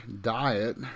diet